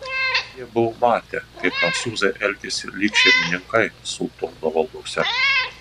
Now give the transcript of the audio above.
jie buvo matę kaip prancūzai elgiasi lyg šeimininkai sultono valdose